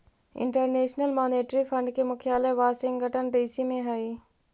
international monetary fund के मुख्यालय Washington DC में हई